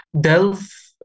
delve